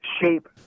shape